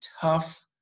tough